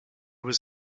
was